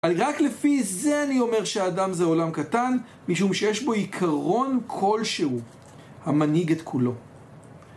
רק לפי זה אני אומר שהאדם זה עולם קטן, משום שיש בו עיקרון כלשהו, המנהיג את כולו.